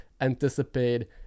anticipate